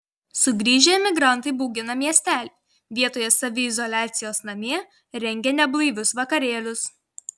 sugrįžę emigrantai baugina miestelį vietoje saviizoliacijos namie rengia neblaivius vakarėlius